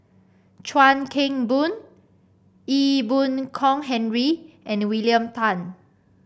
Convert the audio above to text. Chuan Keng Boon Ee Boon Kong Henry and William Tan